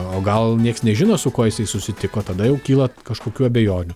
o gal nieks nežino su kuo jisai susitiko tada jau kyla kažkokių abejonių